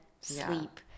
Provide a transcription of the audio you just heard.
sleep